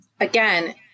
again